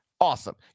Awesome